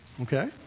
okay